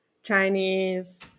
Chinese